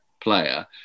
player